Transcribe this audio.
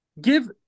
give